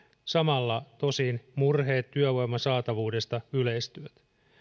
samalla tosin murheet työvoiman saatavuudesta yleistyvät